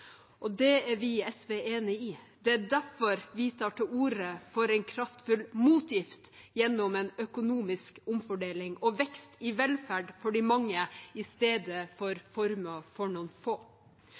Det er vi i SV enig i. Det er derfor vi tar til orde for en kraftfull motgift gjennom en økonomisk omfordeling og vekst i velferd for de mange i stedet for formuer for noen få. Flertallet i Norge har stemt for